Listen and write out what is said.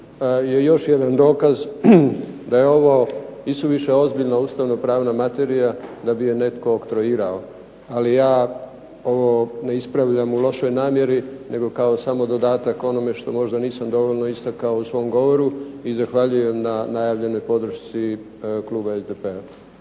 još jedan dokaz da je ovo isuviše ozbiljna ustavno-pravna materija da bi je netko oktroirao. Ali ja ovo ne ispravljam u lošoj namjeri nego kao samo dodatak onome što možda nisam dovoljno istakao u svom govoru i zahvaljujem na najavljenoj podršci kluba SDP-a.